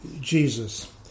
Jesus